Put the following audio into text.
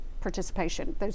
participation